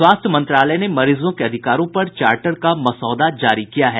स्वास्थ्य मंत्रालय ने मरीजों के अधिकारों पर चार्टर का मसौदा जारी किया है